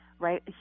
Right